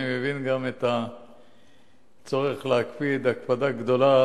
אני מבין גם את הצורך להקפיד הקפדה גדולה